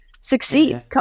succeed